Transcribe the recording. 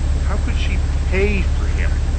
how could she pay for him!